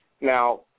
Now